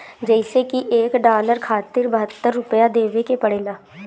जइसे की एक डालर खातिर बहत्तर रूपया देवे के पड़ेला